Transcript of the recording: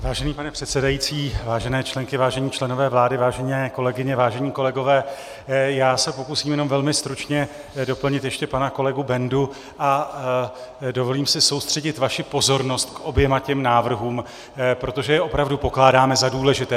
Vážený pane předsedající, vážené členky, vážení členové vlády, vážené kolegyně, vážení kolegové, já se pokusím jenom velmi stručně doplnit ještě pana kolegu Bendu a dovolím si soustředit vaši pozornost k oběma těm návrhům, protože je opravdu pokládáme za důležité.